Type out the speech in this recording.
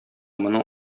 моның